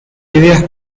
ideas